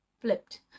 flipped